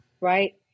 right